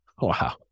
wow